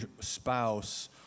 spouse